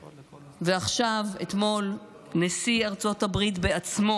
ועכשיו, אתמול, נשיא ארצות הברית בעצמו